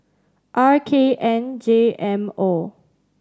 R K N J M O